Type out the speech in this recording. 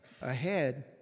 ahead